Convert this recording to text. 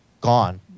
gone